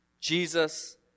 Jesus